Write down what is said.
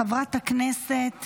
חברת הכנסת